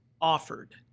offered